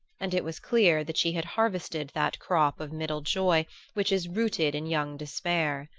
and it was clear that she had harvested that crop of middle joy which is rooted in young despair.